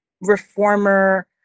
reformer